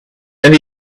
and